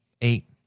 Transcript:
eight